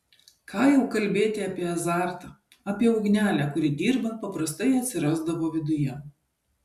ką jau kalbėti apie azartą apie ugnelę kuri dirbant paprastai atsirasdavo viduje